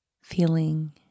feeling